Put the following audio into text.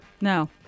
No